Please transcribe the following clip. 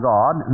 God